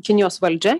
kinijos valdžia